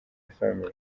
family